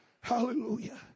Hallelujah